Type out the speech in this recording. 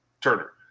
Turner